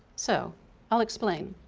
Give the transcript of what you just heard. so i'll explain.